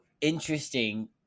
interesting